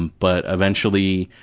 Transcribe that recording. but eventually,